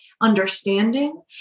understanding